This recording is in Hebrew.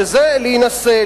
שזה להינשא,